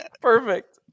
Perfect